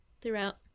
throughout